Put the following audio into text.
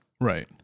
Right